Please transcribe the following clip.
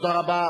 תודה רבה.